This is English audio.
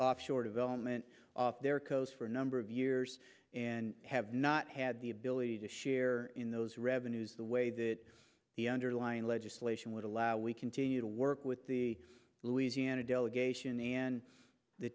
offshore development off their coast for a number of years and have not had the ability to share in those revenues the way that the underlying legislation would allow we continue to work with the louisiana delegation and the